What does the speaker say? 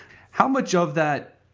how much of that